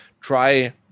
try